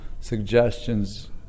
suggestions